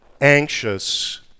anxious